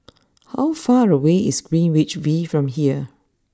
how far away is Greenwich V from here